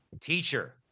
teacher